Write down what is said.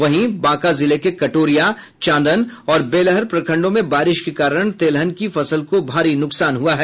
वहीं बांका जिले के कटोरिया चांदन और बेलहर प्रखंडों में बारिश के कारण तेलहन की फसल को भारी नुकसान हुआ है